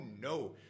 no